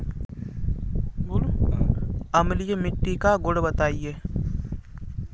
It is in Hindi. अम्लीय मिट्टी का गुण बताइये